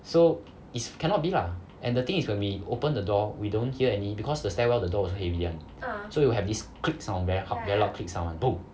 so is cannot be lah and the thing is when we open the door we don't hear any because the stairwell the door is heavy [one] so you will have this click sound very loud very loud click sound like boom